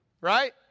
Right